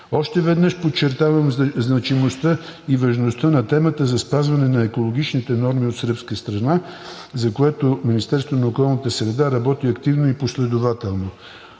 Още веднъж подчертавам значимостта и важността на темата за спазване на екологичните норми от сръбска страна, за което Министерството на околната среда работи активно и последователно.